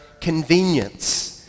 convenience